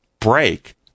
break